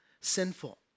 sinful